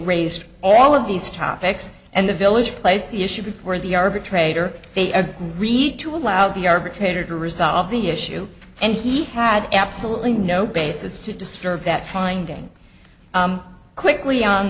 raised all of these topics and the village placed the issue before the arbitrator they agreed to allow the arbitrator to resolve the issue and he had absolutely no basis to disturb that finding quickly on